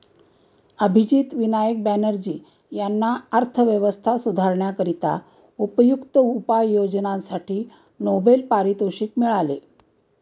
अभिजित विनायक बॅनर्जी यांना अर्थव्यवस्था सुधारण्याकरिता उपयुक्त उपाययोजनांसाठी नोबेल पारितोषिक मिळाले